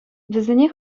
вӗсене